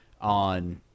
on